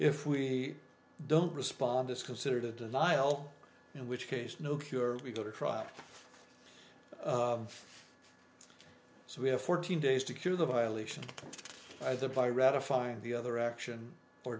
if we don't respond it's considered a denial in which case no cure we go to trial so we have fourteen days to cure the violation either by ratifying the other action or